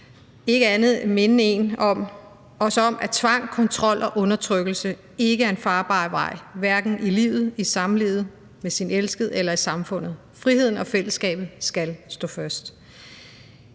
ikke andet end at minde os om, at tvang, kontrol og undertrykkelse ikke er en farbar vej – hverken i livet, i samlivet med ens elskede eller i samfundet. Friheden og fællesskabet skal stå først.